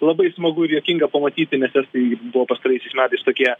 labai smagu ir juokinga pamatyti nes estai buvo pastaraisiais metais tokie